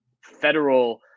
federal